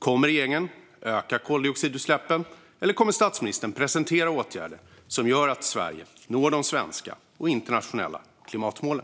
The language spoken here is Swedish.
Kommer regeringen att öka koldioxidutsläppen, eller kommer statsministern att presentera åtgärder som gör att Sverige når de svenska och internationella klimatmålen?